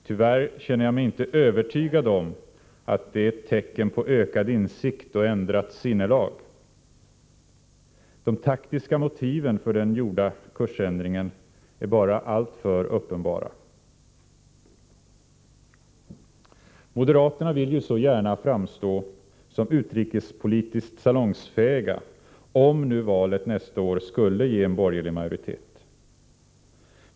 Tyvärr känner jag mig inte övertygad om att det är ett tecken på ökad insikt och ändrat sinnelag. De taktiska motiven för den gjorda kursändringen är bara alltför uppenbara. Moderaterna vill så gärna framstå som utrikespolitiskt salongsfähiga om nu valet nästa år skulle ge en borgerlig majoritet.